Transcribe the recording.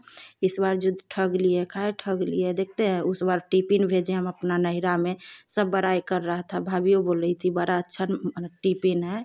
इस बार जो ठग लिए काहे ठग लिए देखते है उस बार टिपिन भेजे हैं हम अपना नहरा में सब बड़ाई कर रहा था भाभियो बोल रही थी बड़ा अच्छा टिपिन है